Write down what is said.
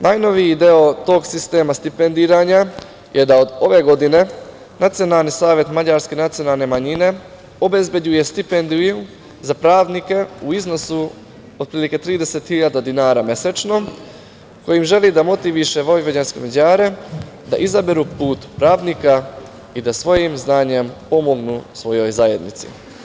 Najnoviji deo tog sistema stipendiranja je da od ove godine Nacionalni savet mađarske nacionalne manjine obezbeđuje stipendiju za pravnike u iznosu otprilike 30.000 dinara mesečno kojim želi da motiviše vojvođanske Mađare da izaberu put pravnika i da svojim znanjem pomognu svojoj zajednici.